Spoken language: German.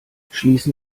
schließen